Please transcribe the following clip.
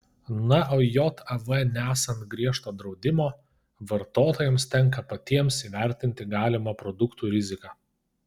na o jav nesant griežto draudimo vartotojams tenka patiems įvertinti galimą produktų riziką